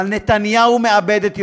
אבל נתניהו מאבד את ירושלים.